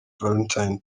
valentine